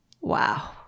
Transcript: Wow